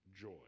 Joy